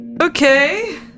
Okay